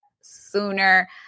sooner